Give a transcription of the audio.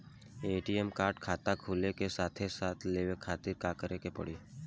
ATM card खाता खुले के साथे साथ लेवे खातिर का करे के पड़ी?